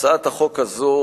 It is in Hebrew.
הצעת חוק הכנסת